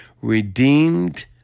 redeemed